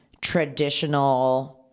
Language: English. traditional